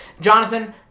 Jonathan